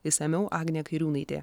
išsamiau agnė kairiūnaitė